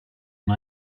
and